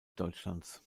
deutschlands